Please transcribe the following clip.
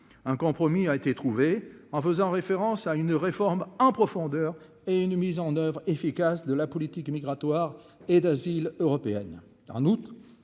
Un compromis a été trouvé en faisant référence à une réforme, hein. Frondeur et une mise en oeuvre efficace de la politique migratoire et d'asile européenne